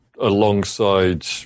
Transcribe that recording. alongside